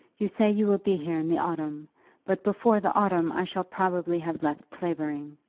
you say you will be here in the autumn but before the autumn i shall probably have left clavering.